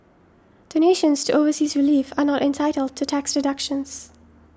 donations to overseas relief are not entitled to tax deductions